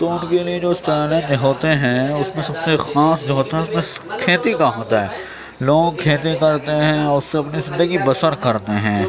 تو ان کے لیے جو چیلنج ہوتے ہیں اس میں سب خاص جو ہوتا ہے وہ کھیتی کا ہوتا ہے لوگ کھیتی کرتے ہیں اور اس سے اپنی زندگی بسر کرتے ہیں